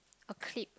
a clip